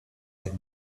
have